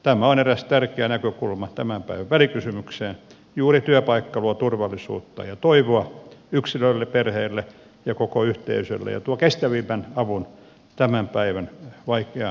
tämä on eräs tärkeä näkökulma tämän päivän välikysymykseen juuri työpaikka luo turvallisuutta ja toivoa yksilölle perheelle ja koko yhteisölle ja tuo kestävimmän avun tämän päivän vaikeaan kysymykseen